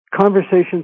conversations